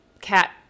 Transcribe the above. cat